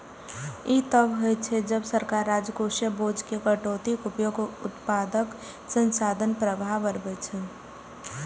ई तब होइ छै, जब सरकार राजकोषीय बोझ मे कटौतीक उपयोग उत्पादक संसाधन प्रवाह बढ़बै छै